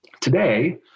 Today